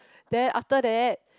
then after that